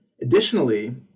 Additionally